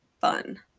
fun